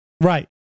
Right